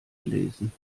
gelesen